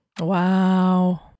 Wow